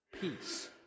peace